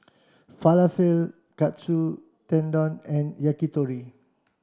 Falafel Katsu Tendon and Yakitori